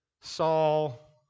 Saul